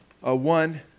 one